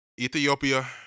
Ethiopia